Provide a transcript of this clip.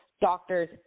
doctors